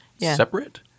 separate